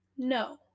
No